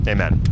Amen